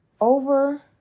over